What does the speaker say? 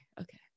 okay